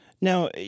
Now